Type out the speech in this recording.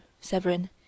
Severin